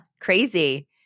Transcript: Crazy